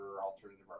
alternative